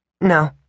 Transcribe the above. No